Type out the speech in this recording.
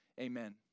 amen